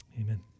Amen